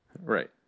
right